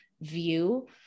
view